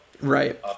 Right